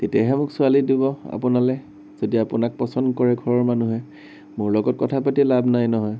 তেতিয়াহে মোক ছোৱালী দিব আপোনালে যদি আপোনাক পচণ্ড কৰে ঘৰৰ মানুহে মোৰ লগত কথা পাতি লাভ নাই নহয়